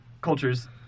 cultures